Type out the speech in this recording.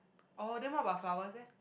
oh then what about flowers leh